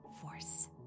force